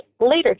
later